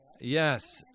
yes